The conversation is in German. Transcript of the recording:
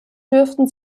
dürfen